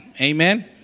Amen